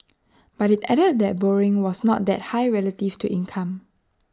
but IT added that borrowing was not that high relative to income